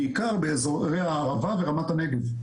בעיקר באזורי הערבה ורמת הנגב.